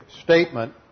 statement